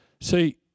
See